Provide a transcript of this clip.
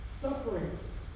sufferings